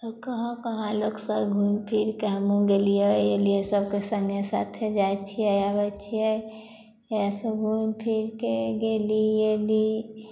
कहाँ कहाँ लोक सब घूमि फिरके हमहु गेलिए ऐलिए सबके सङ्गे साथे जाइ छियै अबै छियै वएह सब घूमि फिरके गेली अयली